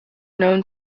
known